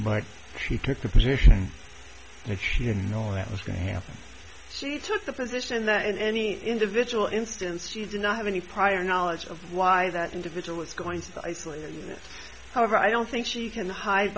but she took a position and if she didn't know that was going to happen she took the position that in any individual instance she did not have any prior knowledge of why that individual is going to isolate this however i don't think she can hide